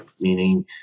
meaning